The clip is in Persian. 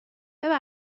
خانوم